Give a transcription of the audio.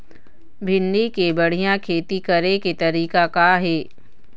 भिंडी के बढ़िया खेती करे के तरीका का हे?